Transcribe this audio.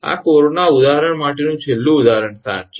આ કોરોના ઉદાહરણ માટેનું છેલ્લું ઉદાહરણ 7 છે